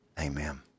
amen